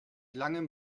langem